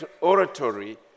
oratory